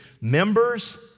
members